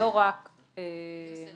חלק